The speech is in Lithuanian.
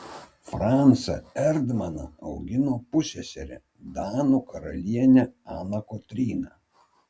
francą erdmaną augino pusseserė danų karalienė ana kotryna